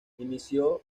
inició